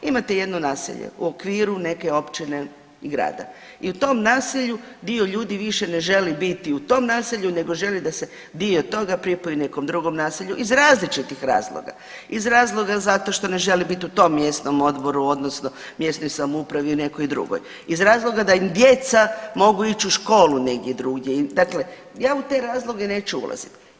Imajte jedno naselje u okviru neke općine i grada i u tom naselju dio ljudi više ne želi biti u tom naselju nego želi da se dio toga pripoji nekom drugom naselju, iz različitih razloga, iz razloga zato što ne želi biti u tom mjesnom odboru, odnosno mjesnoj samoupravi ili nekoj drugoj, iz razloga da im djeca mogu ići u školu negdje drugdje, dakle, ja u te razloge neću ulaziti.